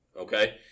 Okay